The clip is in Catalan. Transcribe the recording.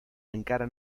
encara